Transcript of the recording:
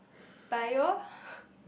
bio